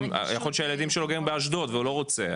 יכול להיות שהילדים שלו גרים באשדוד והוא לא רוצה,